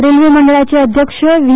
रेल्वे मंडळाचे अध्यक्ष व्हि